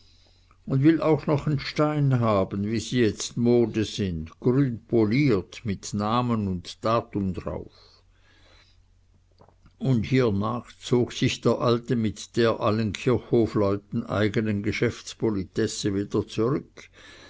und will auch noch n stein haben wie sie jetzt mode sind grünpoliert mit namen und datum drauf und hiernach zog sich der alte mit der allen kirchhofsleuten eigenen geschäftspolitesse wieder zurück